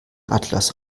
atlas